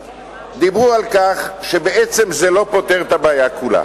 דיברו על כך שבעצם זה לא פותר את הבעיה כולה.